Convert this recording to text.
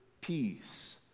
peace